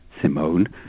Simone